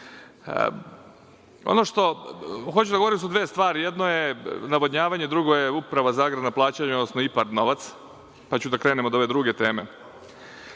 u zemlji. Hoću da govorim o dve stvari, jedno je navodnjavanje, drugo je Uprava za agrarna plaćanja, odnosno IPARD novac, pa ću da krenem od ove druge teme.